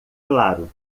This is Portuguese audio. claro